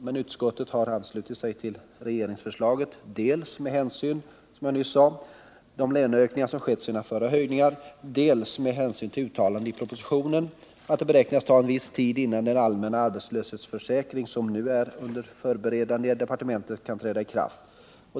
Men utskottet har anslutit sig till regeringens förslag dels med hänsyn till - som jag nyss sade — de löneökningar som skett sedan den förra höjningen, dels med hänsyn till uttalandet i propositionen, att det beräknas ta en viss tid innan den allmänna arbetslöshetsförsäkring som nu är under förberedande i departementet kan träda i kraft.